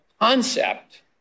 concept